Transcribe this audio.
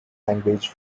language